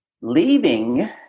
leaving